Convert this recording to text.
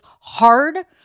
hard